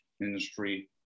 industry